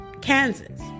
kansas